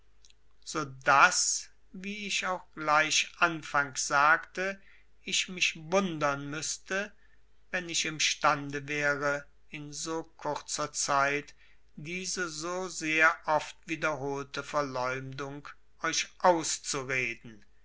so daß wie ich auch gleich anfangs sagte ich mich wundern müßte wenn ich imstande wäre in so kurzer zeit diese so sehr oft wiederholte verleumdung euch auszureden